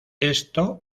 esto